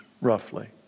roughly